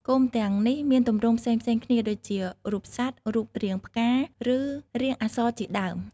គោមទាំងនេះមានទម្រង់ផ្សេងៗគ្នាដូចជា រូបសត្វ រូបរាងផ្កា ឬរាងអក្សរជាដើម។